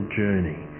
journey